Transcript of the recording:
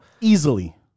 Easily